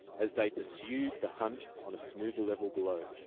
as they pursued the hunt on a smoother level below.